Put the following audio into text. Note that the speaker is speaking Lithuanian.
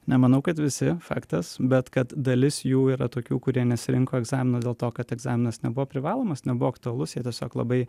nemanau kad visi faktas bet kad dalis jų yra tokių kurie nesirinko egzamino dėl to kad egzaminas nebuvo privalomas nebuvo aktualus jie tiesiog labai